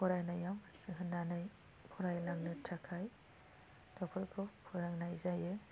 फरायनायाव गोसो होननानै फरायलांनो थाखाय गथ'फोरखौ फोरोंनाय जायो